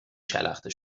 شلخته